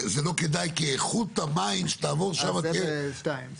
כי איכות המים שיעברו שם --- זה בשתיים.